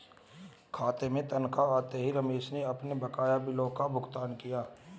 खाते में तनख्वाह आते ही रमेश ने अपने बकाया बिलों का भुगतान किया